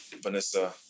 Vanessa